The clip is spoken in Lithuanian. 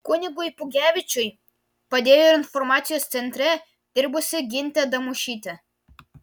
kunigui pugevičiui padėjo ir informacijos centre dirbusi gintė damušytė